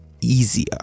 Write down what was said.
easier